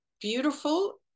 Beautiful